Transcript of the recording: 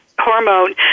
hormone